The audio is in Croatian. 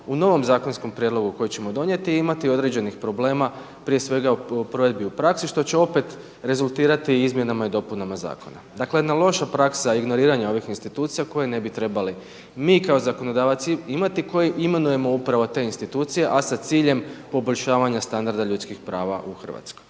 u novom zakonom prijedlogu koji ćemo donijeti imati određenih problema prije svega o provedbi u praksi što će opet rezultirati izmjenama i dopunama zakona. Dakle jedna loša praksa ignoriranja ovih institucija koje ne bi trebali mi kao zakonodavac imati koji imenujemo upravo te institucije a sa ciljem poboljšavanja standarda ljudskih prava u Hrvatskoj.